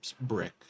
brick